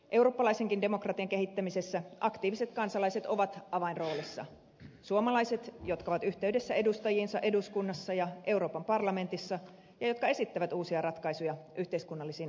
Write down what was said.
eurooppalaisenkin demokratian kehittämisessä aktiiviset kansalaiset ovat avainroolissa suomalaiset jotka ovat yhteydessä edustajiinsa eduskunnassa ja euroopan parlamentissa ja jotka esittävät uusia ratkaisuja yhteiskunnallisiin ongelmiin